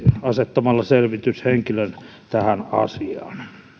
asettamalla selvityshenkilön tähän asiaan